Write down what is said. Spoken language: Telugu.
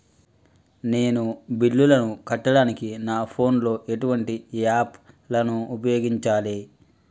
నేను బిల్లులను కట్టడానికి నా ఫోన్ లో ఎటువంటి యాప్ లను ఉపయోగించాలే?